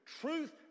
truth